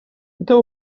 это